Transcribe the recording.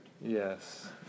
Yes